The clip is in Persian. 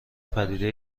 پدیده